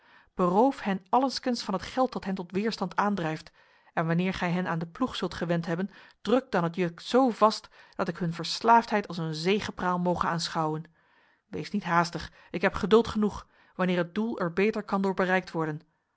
beroof hen allengskens van het geld dat hen tot weerstand aandrijft en wanneer gij hen aan de ploeg zult gewend hebben druk dan het juk zo vast dat ik hun verslaafdheid als een zegepraal moge aanschouwen wees niet haastig ik heb geduld genoeg wanneer het doel er beter kan door bereikt worden